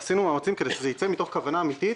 עשינו מאמצים כדי שזה ייצא מתוך כוונה אמיתית